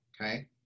Okay